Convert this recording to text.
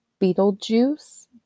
Beetlejuice